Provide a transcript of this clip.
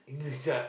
English chart